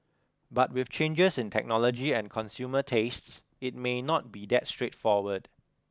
but with changes in technology and consumer tastes it may not be that straightforward